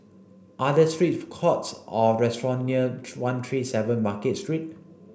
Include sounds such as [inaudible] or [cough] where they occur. are these three food courts or restaurants near [unintelligible] one three seven Market Street